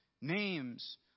names